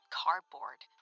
cardboard